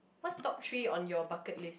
what's top three on your bucket list